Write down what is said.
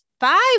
five